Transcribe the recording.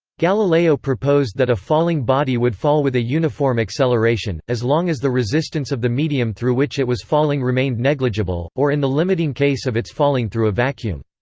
galileo proposed that a falling body would fall with a uniform acceleration, as long as the resistance of the medium through which it was falling remained negligible, or in the limiting case of its falling through a vacuum.